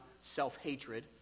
self-hatred